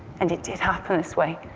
and it did happen this way.